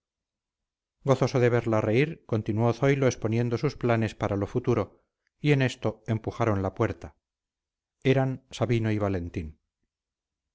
de verla reír continuó zoilo exponiendo sus planes para lo futuro y en esto empujaron la puerta eran sabino y valentín